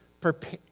prepare